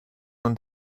und